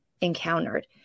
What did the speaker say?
encountered